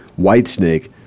Whitesnake